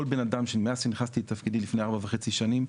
כל בן אדם מאז שנכנסתי לתפקידי לפני ארבע וחצי שנים,